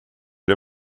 det